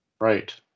Right